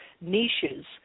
niches